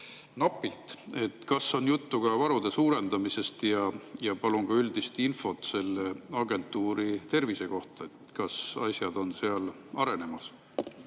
Napilt. Kas on juttu ka varude suurendamisest? Ja palun ka üldist infot selle [keskuse] tervise kohta. Kas asjad on seal arenemas?